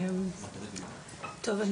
טוב,